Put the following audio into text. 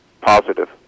Positive